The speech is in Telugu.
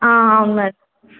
అవును మేడం